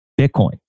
Bitcoin